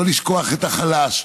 לא לשכוח את החלש,